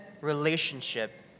relationship